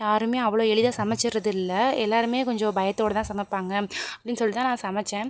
யாரும் அவ்வளோ எளிதாக சமச்சிடறது இல்லை எல்லோருமே கொஞ்சம் பயத்தோடு தான் சமைப்பாங்க அப்படின்னு சொல்லிட்டுதான் நான் சமைத்தேன்